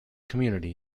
community